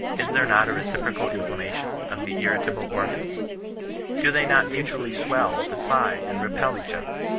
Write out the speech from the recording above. is there not a reciprocal inflammation of the irritable orgai is do they not mutually swell, defy, and repel each other?